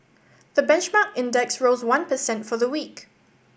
the benchmark index rose one per cent for the week